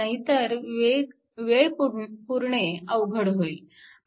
नाहीतर वेळ पुरणे अवघड होईल